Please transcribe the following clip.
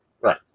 Right